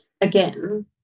again